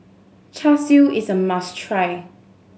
Char Siu is a must try